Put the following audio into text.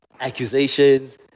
accusations